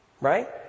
Right